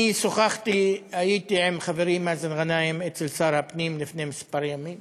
אני הייתי עם חברי מאזן גנאים אצל שר הפנים לפני כמה ימים.